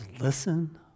listen